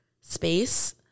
space